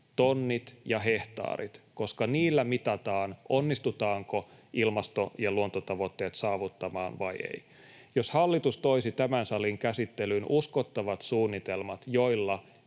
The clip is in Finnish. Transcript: tonnit ja hehtaarit, koska niillä mitataan, onnistutaanko ilmasto- ja luontotavoitteet saavuttamaan vai ei. Jos hallitus toisi tämän salin käsittelyyn uskottavat suunnitelmat, joilla